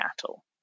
cattle